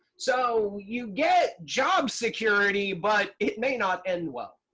so, you get job security but it may not end well.